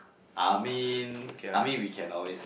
I mean I mean we can always